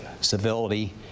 civility